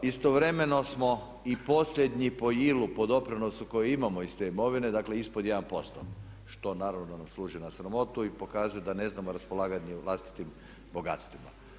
Istovremeno smo i posljednji po ILU po doprinosu koji imamo iz te imovine dakle ispod 1% što naravno nam služi na sramotu i pokazuje da ne znamo raspolagati vlastitim bogatstvima.